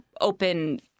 open